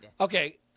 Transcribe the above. Okay